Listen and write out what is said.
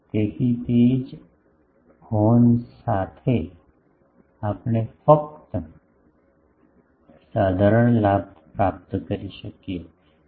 તેથી તેથી જ હોર્ન સાથે આપણે ફક્ત સાધારણ લાભ પ્રાપ્ત કરી શકીએ છીએ